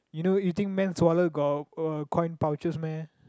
you know you think men's wallet got uh coin pouches meh